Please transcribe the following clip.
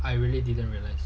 I really didn't realise